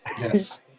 Yes